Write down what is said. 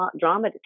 drama